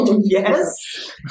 Yes